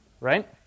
right